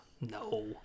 No